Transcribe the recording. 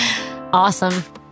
Awesome